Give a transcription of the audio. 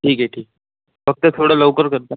ठीक आहे ठीक फक्त थोडं लवकर करता